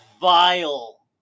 vile